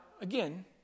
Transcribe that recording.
again